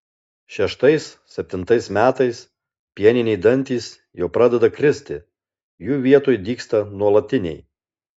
šeštais septintais metais pieniniai dantys jau pradeda kristi jų vietoj dygsta nuolatiniai